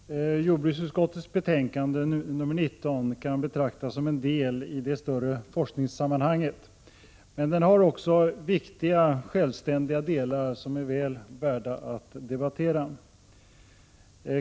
Fru talman! Jordbruksutskottets betänkande 19 kan betraktas som en del i det större forskningssammanhanget men har också viktiga självständiga delar, väl värda att debattera.